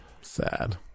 sad